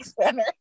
center